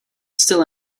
still